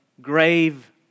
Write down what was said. grave